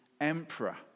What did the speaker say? emperor